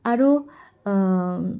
আৰু